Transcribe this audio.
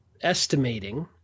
estimating